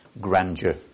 grandeur